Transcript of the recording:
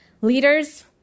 leaders